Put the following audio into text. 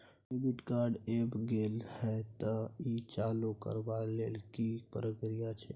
Debit card ऐब गेल हैं त ई चालू करबा के लेल की प्रक्रिया छै?